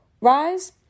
rise